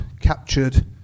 captured